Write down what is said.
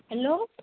hello